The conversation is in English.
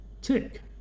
Tick